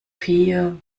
vier